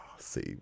See